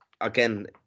again